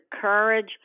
courage